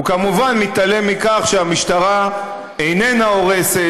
הוא כמובן מתעלם מכך שהמשטרה איננה הורסת